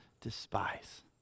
despise